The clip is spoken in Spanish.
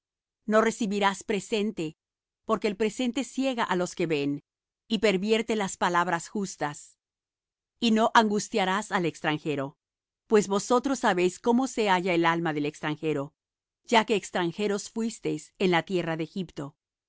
no recibirás presente porque el presente ciega á los que ven y pervierte las palabras justas y no angustiarás al extranjero pues vosotros sabéis cómo se halla el alma del extranjero ya que extranjeros fuisteis en la tierra de egipto